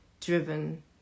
driven